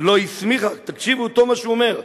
לא הסמיכה, תקשיבו טוב למה שהוא אומר,